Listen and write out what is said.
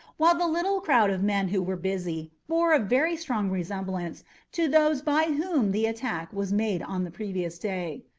while the little crowd of men who were busy bore a very strong resemblance to those by whom the attack was made on the previous day.